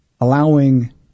allowing